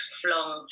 flung